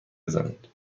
بزنید